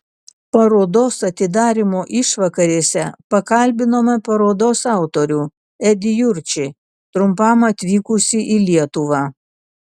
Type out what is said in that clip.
parodos atidarymo išvakarėse pakalbinome parodos autorių edį jurčį trumpam atvykusį į lietuvą